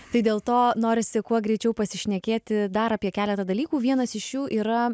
tai dėl to norisi kuo greičiau pasišnekėti dar apie keletą dalykų vienas iš jų yra